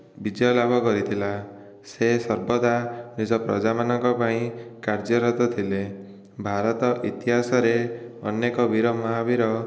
ବିଜୟ ଲାଭ କରିଥିଲା ସେ ସର୍ବଦା ନିଜ ପ୍ରଜାମାନଙ୍କ ପାଇଁ କାର୍ଯ୍ୟରତ ଥିଲେ ଭାରତ ଇତିହାସରେ ଅନେକ ବୀର ମହାବୀର